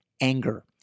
anger